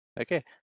okay